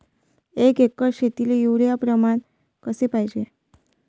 एक एकर शेतीले युरिया प्रमान कसे पाहिजे?